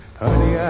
honey